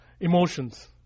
emotions